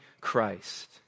Christ